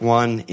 one